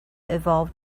evolved